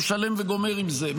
משלם וגומר עם זה,